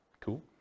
Cool